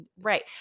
Right